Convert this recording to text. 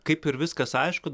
kaip ir viskas aišku